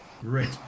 Great